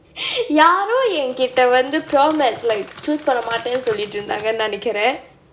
யாரோ என்கிட்டே வந்து:yaaro enkitta vanthu pure mathematics like பண்ண மாட்டேன்னு சொன்னாங்கன்னு நினைக்குறேன்:panna maattaennu sonnaangannu ninaikkuraen